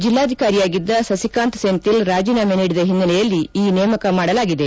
ಜಿಲ್ಲಾಧಿಕಾರಿಯಾಗಿದ್ದ ಸಸಿಕಾಂತ್ ಸೆಂಥಿಲ್ ರಾಜೀನಾಮೆ ನೀಡಿದ ಹಿನ್ನೆಲೆಯಲ್ಲಿ ಈ ನೇಮಕ ಮಾಡಲಾಗಿದೆ